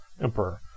emperor